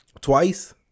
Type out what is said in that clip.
twice